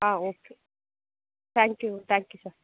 ah okay thank you thank you sir